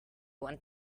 want